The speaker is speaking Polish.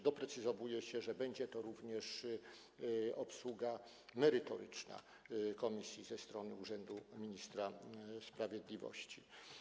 Doprecyzowuje się, że będzie to również obsługa merytoryczna komisji ze strony urzędu ministra sprawiedliwości.